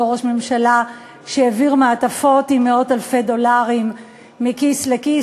אותו ראש ממשלה שהעביר מעטפות עם מאות-אלפי דולרים מכיס לכיס,